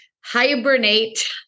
hibernate